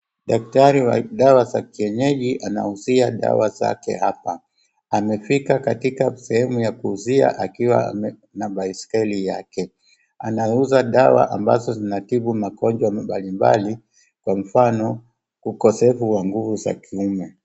Daktari wa dawa za kienyeji anauzia dawa zake hapa. Amefika katika sehemu ya kuuziwa akiwa ame, na baiskeli yake. Anauza dawa ambazo zinatibu magonjwa mbalimbali, kwa mfano, ukosefu wa nguvu za kiume.